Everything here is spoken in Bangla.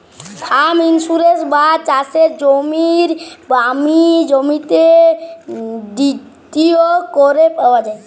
ফার্ম ইন্সুরেন্স বা চাসের জমির বীমা জমিতে ভিত্তি ক্যরে পাওয়া যায়